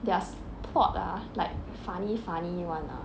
theirs plot ah like funny funny [one] ah